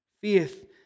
Faith